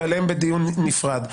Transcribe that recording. ועליהם בדיון נפרד.